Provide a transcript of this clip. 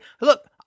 Look